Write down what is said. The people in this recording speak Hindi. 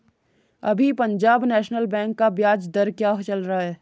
अभी पंजाब नैशनल बैंक का ब्याज दर क्या चल रहा है?